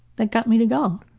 that got me to go.